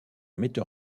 metteur